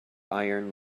iron